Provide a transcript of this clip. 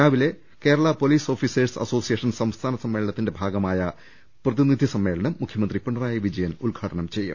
രാവിലെ Kerala police officers association സംസ്ഥാന സമ്മേളനത്തിന്റെ ഭാഗമായ പ്രതിനിധി സമ്മേളനം മുഖ്യമന്ത്രി ഉദ്ഘാടനം ചെയ്യും